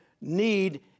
need